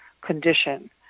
condition